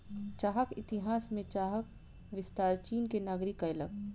चाहक इतिहास में चाहक विस्तार चीन के नागरिक कयलक